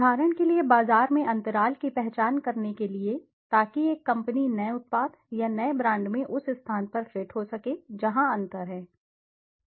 उदाहरण के लिए बाजार में अंतराल की पहचान करने के लिए ताकि एक कंपनी नए उत्पाद या नए ब्रांड में उस स्थान पर फिट हो सके जहां अंतर है